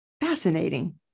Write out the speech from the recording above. Fascinating